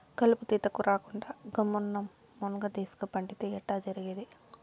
కలుపు తీతకు రాకుండా గమ్మున్న మున్గదీస్క పండితే ఎట్టా జరిగేది